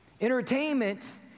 Entertainment